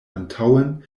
antaŭen